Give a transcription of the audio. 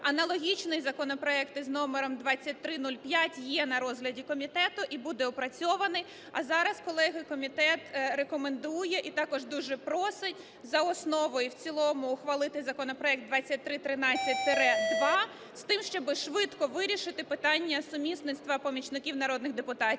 Аналогічний законопроект із номером 2305 є на розгляді комітету і буде опрацьований. А зараз, колеги, комітет рекомендує і також дуже просить за основу і в цілому ухвалити законопроект 2313-2 з тим, щоб швидко вирішити питання сумісництва помічників народних депутатів.